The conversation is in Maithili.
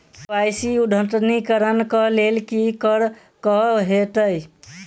के.वाई.सी अद्यतनीकरण कऽ लेल की करऽ कऽ हेतइ?